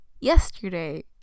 yesterday